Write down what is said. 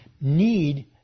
need